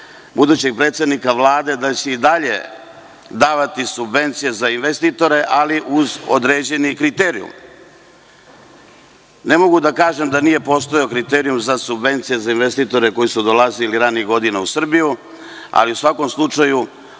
budućeg predsednika Vlade da će i dalje davati subvencije za investitore, ali uz određeni kriterijum. Ne mogu da kažem da nije postojao kriterijum za investitore koji su dolazili ranijih godina u Srbiju, ali u svakom slučaju,